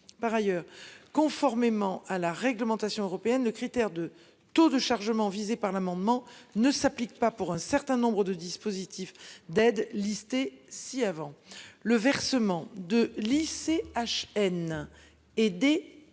Par ailleurs, conformément à la réglementation européenne. Le critère de taux de chargement visés par l'amendement ne s'applique pas pour un certain nombre de dispositifs d'aide listés ci-avant le versement de lycée H, N et des